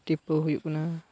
ᱴᱤᱯᱟᱹᱣ ᱦᱩᱭᱩᱜ ᱠᱟᱱᱟ